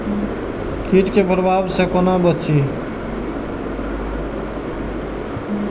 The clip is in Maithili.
कीट के प्रभाव से कोना बचीं?